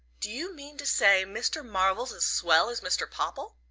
do you mean to say mr. marvell's as swell as mr. popple?